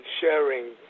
sharing